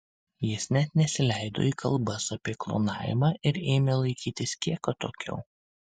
jis net nesileido į kalbas apie klonavimą ir ėmė laikytis kiek atokiau